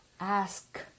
Ask